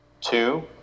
two